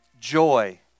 joy